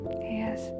Yes